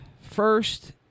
first